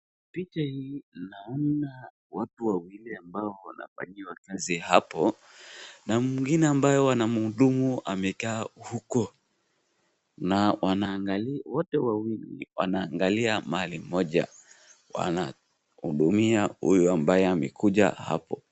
Picha hii naona watu wawili amabao wanafanyiwa kazi hapo na mwingine anaye mhudumu amekaa huko na wote wawili wanaangalia mahali moja wanahudumia huyu ambaye amekuja hapo .